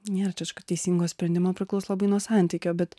nėra čia kažkokio teisingo sprendimo priklauso labai nuo santykio bet